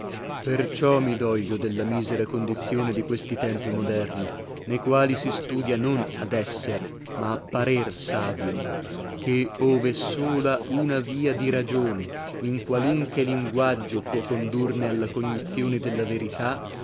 perciò mi doglio della misera condizione di questi tempi moderni ne quali si studia non ad esser ma a parer savio che ove sola una via di ragione in qualunche linguaggio può condurne alla cognizione della verità